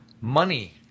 money